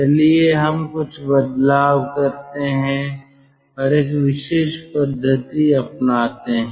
चलिए हम कुछ बदलाव करते हैं और एक विशेष पद्धति अपनाते हैं